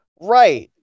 right